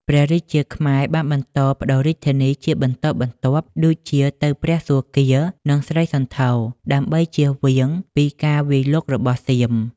ព្រះរាជាខ្មែរបានបន្តផ្លាស់ប្តូររាជធានីជាបន្តបន្ទាប់ ដូចជាទៅព្រះសួគ៌ានិងស្រីសន្ធរ ដើម្បីជៀសវាងពីការវាយលុករបស់សៀម។